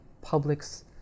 public's